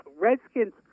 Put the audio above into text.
Redskins